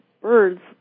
birds